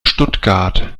stuttgart